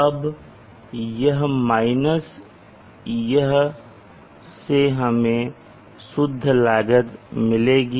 अब यह माइनस यह से हमें शुद्ध लागत मिलेगा